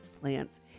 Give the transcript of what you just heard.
plants